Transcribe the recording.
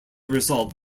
result